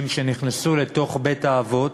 שנכנסו לבית-האבות